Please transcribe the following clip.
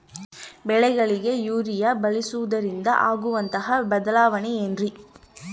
ಬೆಳೆಗಳಿಗೆ ಯೂರಿಯಾ ಬಳಸುವುದರಿಂದ ಆಗುವಂತಹ ಬದಲಾವಣೆ ಏನ್ರಿ?